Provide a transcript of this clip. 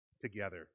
together